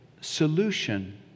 solution